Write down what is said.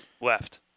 left